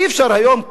אי-אפשר היום,